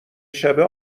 شبه